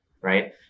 right